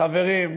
חברים,